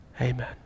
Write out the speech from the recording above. Amen